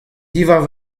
diwar